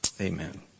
Amen